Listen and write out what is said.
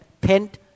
paint